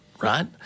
right